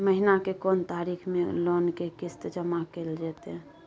महीना के कोन तारीख मे लोन के किस्त जमा कैल जेतै?